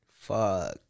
Fuck